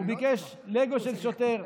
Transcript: הוא ביקש לגו של שוטר.